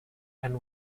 and